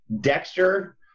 Dexter